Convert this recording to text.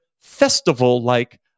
festival-like